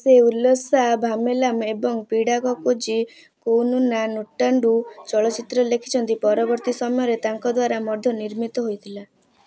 ସେ ଉଲସାଭାମେଲାମ ଏବଂ ପିଡ଼ାକକୋଜି କୋଉନୁନା ନୁଟାଣ୍ଡୁ ଚଳଚ୍ଚିତ୍ର ଲେଖିଛନ୍ତି ପରବର୍ତ୍ତୀ ସମୟରେ ତାଙ୍କ ଦ୍ୱାରା ମଧ୍ୟ ନିର୍ମିତ ହେଇଥିଲା